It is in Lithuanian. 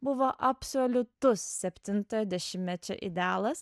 buvo absoliutus septintojo dešimtmečio idealas